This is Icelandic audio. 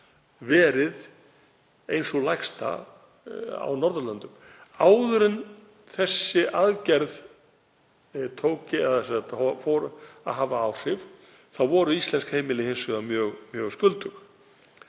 verið ein sú lægsta á Norðurlöndum. Áður en þessi aðgerð fór að hafa áhrif voru íslensk heimili hins vegar mjög skuldug.